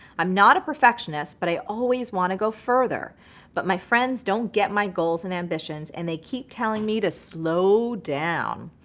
i'm not a perfectionist, but i always wanna go further but my friends don't get my goals and ambitions and they keep telling me to slow down.